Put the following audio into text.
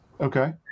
Okay